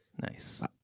Nice